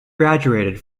graduated